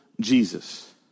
Jesus